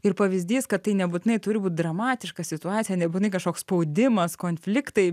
ir pavyzdys kad tai nebūtinai turi būti dramatiška situacija nebūtinai kažkoks spaudimas konfliktai